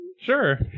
Sure